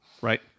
Right